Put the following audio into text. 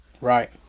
Right